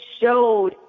showed